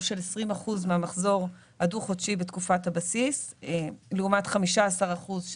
של 20 אחוזים מהמחזור הדו חודשי בתקופת הבסיס לעומת 15 אחוזים,